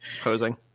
Posing